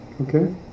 Okay